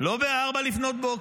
לא ב-04:00,